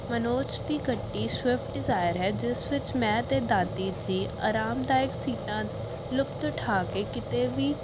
ਮਨੋਜ ਦੀ ਗੱਡੀ Swift Dzire ਹੈ ਜਿਸ ਵਿੱਚ ਮੈਂ ਅਤੇ ਦਾਦੀ ਜੀ ਆਰਾਮਦਾਇਕ ਸੀਟਾਂ ਦਾ ਲੁਪਤ ਉਠਾ ਕੇ ਕਿਤੇ ਵੀ